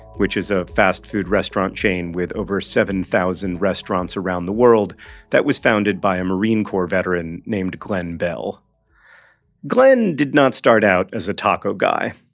which is a fast food restaurant chain with over seven thousand restaurants around the world that was founded by a marine corps veteran named glen bell glen did not start out as a taco guy.